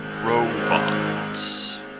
robots